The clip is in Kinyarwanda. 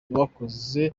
bakoze